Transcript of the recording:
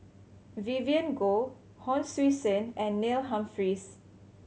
Vivien Goh Hon Sui Sen and Neil Humphreys